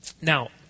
Now